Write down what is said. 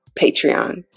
patreon